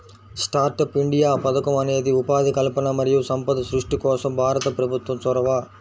startup India పథకం అనేది ఉపాధి కల్పన మరియు సంపద సృష్టి కోసం భారత ప్రభుత్వం చొరవ